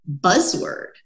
buzzword